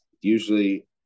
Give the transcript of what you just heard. usually